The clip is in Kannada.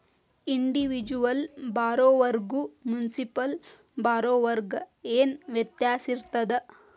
ಇಂಡಿವಿಜುವಲ್ ಬಾರೊವರ್ಗು ಮುನ್ಸಿಪಲ್ ಬಾರೊವರ್ಗ ಏನ್ ವ್ಯತ್ಯಾಸಿರ್ತದ?